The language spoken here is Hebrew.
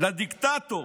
לדיקטטור.